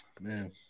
Man